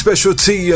Specialty